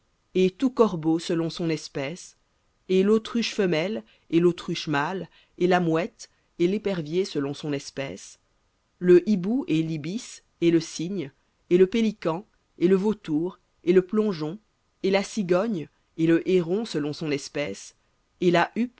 tout corbeau selon son espèce et l'autruche femelle et l'autruche mâle et la mouette et l'épervier selon son espèce le hibou et libis et le cygne et le pélican et le vautour et la cigogne le héron selon son espèce et la huppe